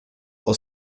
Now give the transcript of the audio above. aus